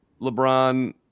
LeBron